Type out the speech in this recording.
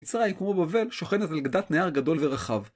מצרים כמו בבל שוכנת על גדת נהר גדול ורחב.